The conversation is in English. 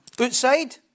Outside